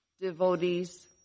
devotees